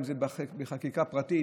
אם זה חקיקה פרטית,